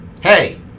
Hey